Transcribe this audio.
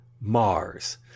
Mars